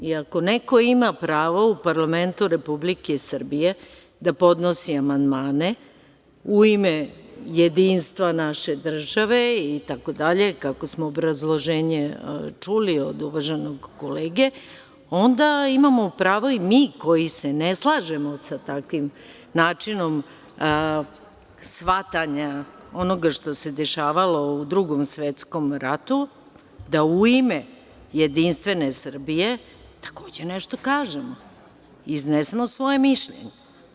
I ako neko ima pravo u parlamentu Republike Srbije da podnosi amandmane u ime jedinstva naše države itd, kakvo smo obrazloženje čuli od uvaženog kolege, onda imamo pravo i mi koji se ne slažemo sa takvim načinom shvatanja onoga što se dešavalo u Drugom svetskom ratu, da u ime jedinstvene Srbije takođe nešto kažemo, iznesemo svoje mišljenje.